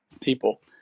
people